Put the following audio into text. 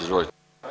Izvolite.